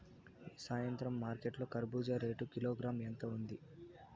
ఈ సాయంత్రం మార్కెట్ లో కర్బూజ రేటు కిలోగ్రామ్స్ ఎంత ఉంది?